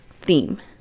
theme